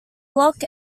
block